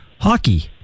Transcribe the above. hockey